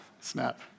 Snap